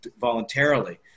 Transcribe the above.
voluntarily